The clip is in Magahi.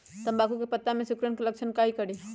तम्बाकू के पत्ता में सिकुड़न के लक्षण हई का करी?